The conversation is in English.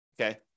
Okay